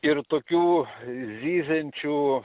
ir tokių zyziančių